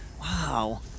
Wow